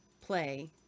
play